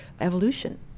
evolution